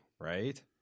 right